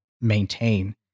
maintain